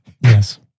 Yes